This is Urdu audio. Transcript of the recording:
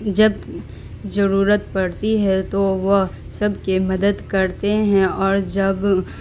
جب ضرورت پڑتی ہے تو وہ سب کے مدد کرتے ہیں اور جب